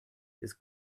his